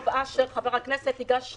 חבר הכנסת גפני,